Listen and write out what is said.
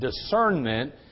discernment